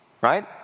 Right